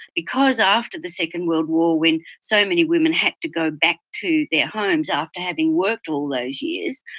because after the second world war when so many women had to go back to their homes after having worked all those years,